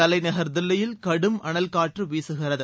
தலைநகர் தில்லியில் கடும் அனல் காற்று வீசுகிறது